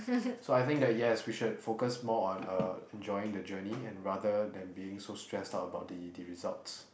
so I think that yes we should focus more on uh enjoying the journey and rather than being so stressed out about the it results